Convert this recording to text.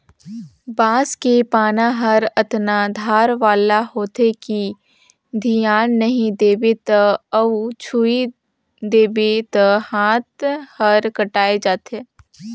बांस के पाना हर अतना धार वाला होथे कि धियान नई देबे त अउ छूइ देबे त हात हर कटाय जाथे